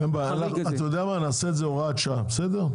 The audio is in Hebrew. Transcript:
אין בעיה, אתה יודע מה נעשה את זה הוראת שעה בסדר?